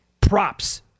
Props